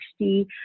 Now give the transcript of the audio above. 60